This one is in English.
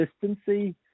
consistency